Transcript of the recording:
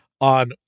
on